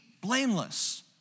blameless